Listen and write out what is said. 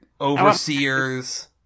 Overseers